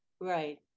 Right